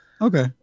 Okay